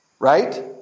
Right